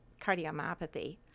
cardiomyopathy